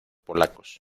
polacos